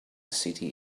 city